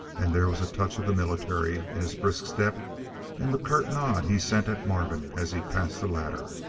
and there was a touch of the military in his brisk step and the curt nod he sent at marvin as he passed the latter.